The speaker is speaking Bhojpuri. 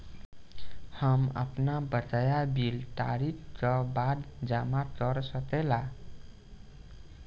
हम आपन बकाया बिल तारीख क बाद जमा कर सकेला?